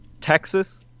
Texas